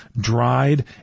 dried